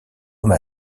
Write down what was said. homme